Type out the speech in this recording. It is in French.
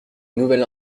nouvelle